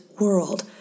world